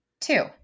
Two